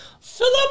Philip